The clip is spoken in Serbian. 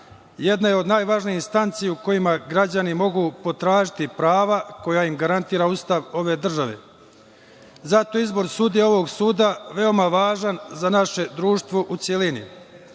jedna je od najvažnijih instanci u kojima građani mogu potražiti prava koja im garantira Ustav ove države. Zato izbor sudija ovog suda veoma je važan za naše društvo u celini. Moja